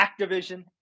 activision